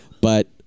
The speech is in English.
but-